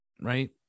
right